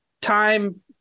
time